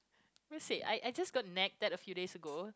I I just got nagged a few days ago